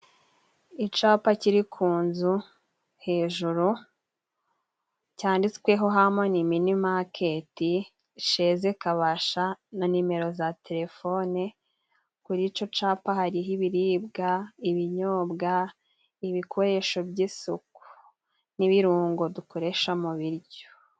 Icapa kiri ku nzu hejuru cyanditsweho Hamoni minimaketi sheze Kabasha, na nimero za telefone. Kuri ico capa hariho: ibiribwa, ibinyobwa, ibikoresho by'isuku, n'ibirungo dukoresha mu biryo.